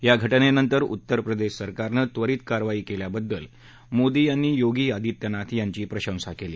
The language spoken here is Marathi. या घ उनंतर उत्तर प्रदेश सरकारनं त्वरीत कारवाई केल्याबद्दल मोदी यांनी योगी आदित्यनाथ यांची प्रशंसा केली